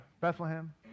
Bethlehem